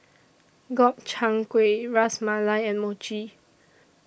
Gobchang Gui Ras Malai and Mochi